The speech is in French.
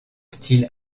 style